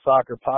Soccer